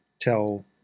tell